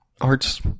arts